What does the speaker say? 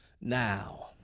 now